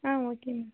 ah okay ma'am